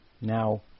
Now